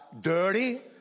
dirty